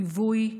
ליווי,